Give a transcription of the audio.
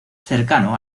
cercano